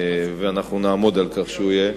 ואנחנו נעמוד על כך שהוא יהיה.